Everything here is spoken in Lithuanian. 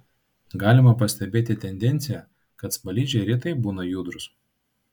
galima pastebėti tendenciją kad smaližiai retai būna judrūs